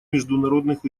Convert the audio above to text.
международных